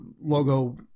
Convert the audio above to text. logo